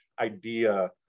idea